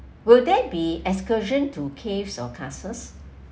will there be excursion to caves or castles